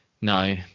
No